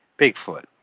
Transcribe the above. Bigfoot